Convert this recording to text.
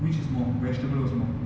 which is more the vegetable was more